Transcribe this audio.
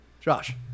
Josh